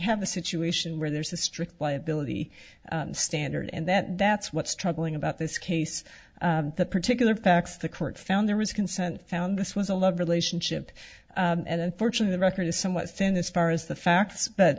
have a situation where there's a strict liability standard and that that's what's troubling about this case the particular facts the court found there was consent found this was a love relationship and unfortunate the record is somewhat thin as far as the facts but